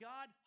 God